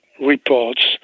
reports